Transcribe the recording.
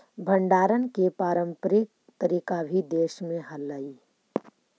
भण्डारण के पारम्परिक तरीका भी देश में हलइ